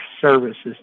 services